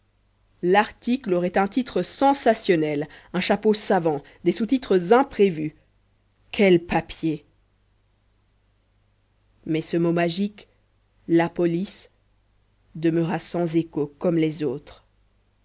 l'article aurait un titre sensationnel un chapeau savant des sous titres imprévus quel papier mais ce mot magique la police demeura sans écho comme les autres